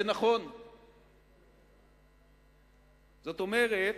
זה נכון, זאת אומרת,